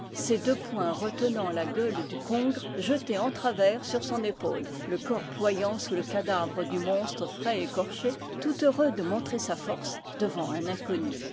ses deux poings rete nant la gueule du congre jeté en travers sur son épaule le corps ployant sous le cadavre du monstre frais écorché tout heureux de montrer sa force devant un inconnu